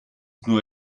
nur